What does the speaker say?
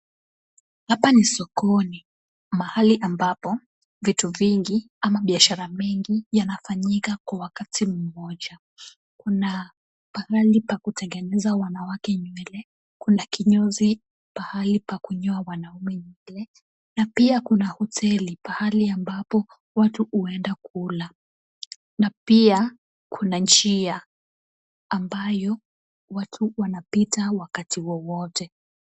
Hapa ni sokoni, mahali ambapo vitu vingi ama biashara mingi yanafanyika kwa wakati mmoja, kuna pahali pa kutengeneza wanawake nywele, kuna kinyozi pahali pa kunyoa wanaume nywele, na pia kuna hoteli, pahali ambapo watu huenda kula, na pia kuna njia ambayo watu wanapita wakati wowote.